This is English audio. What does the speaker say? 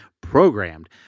programmed